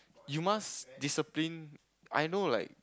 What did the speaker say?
you must discipline I know like